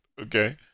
okay